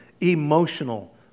emotional